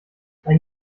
ein